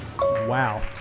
Wow